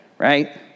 Right